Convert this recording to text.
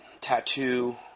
Tattoo